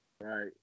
right